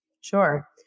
Sure